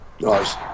Nice